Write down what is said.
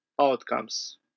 outcomes